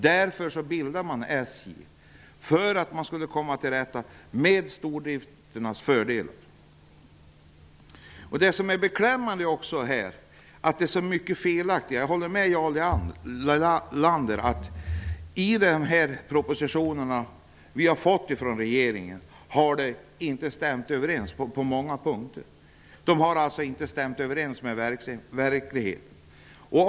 Därför bildades SJ för att man skulle kunna ta till vara stordriftens fördelar. Det är beklämmande att det är så många felaktigheter i detta. Jag håller med Jarl Lander om att det inte har stämt överens på många punkter i de propostioner vi har fått från regeringen. De har inte stämt överens med verkligheten.